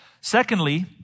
Secondly